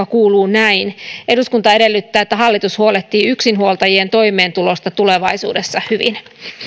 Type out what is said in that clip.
kuuluu näin eduskunta edellyttää että hallitus huolehtii yksinhuoltajien toimeentulosta tulevaisuudessa hyvin